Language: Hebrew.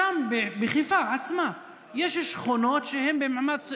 שם, בחיפה עצמה, יש שכונות שהן במעמד 1,